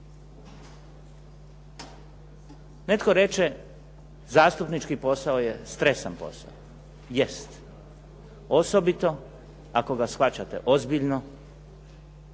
Netko reče zastupnički posao je stresan posao. Jest, osobito ako ga shvaćate ozbiljno